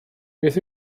beth